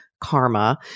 Karma